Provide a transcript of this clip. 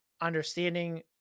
understanding